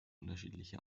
unterschiedliche